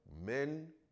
Men